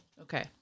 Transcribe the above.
Okay